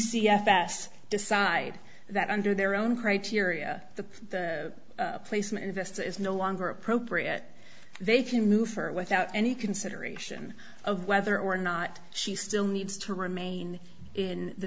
best decide that under their own criteria the placement investor is no longer appropriate they can move her without any consideration of whether or not she still needs to remain in the